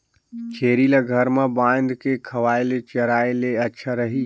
छेरी ल घर म बांध के खवाय ले चराय ले अच्छा रही?